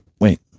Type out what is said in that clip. Wait